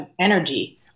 energy